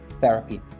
therapy